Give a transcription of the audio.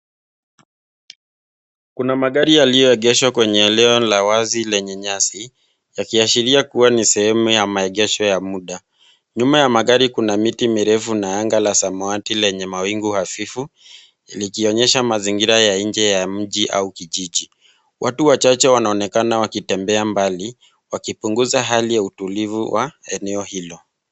Kuna magari yaliyoegeshwa kwenye eneo la wazi lenye nyasi yakiashiria kuwa ni sehemu ya maegesho ya muda. Nyuma ya magari kuna miti mirefu na anga ya samawati lenye mawingu hafifu likionyesha mazingira ya nje ya mji au kijiji. Watu wachache wanaonekana wakitembea mbali wakipunguza hali ya utulivu wa eneo hilo.